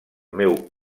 meu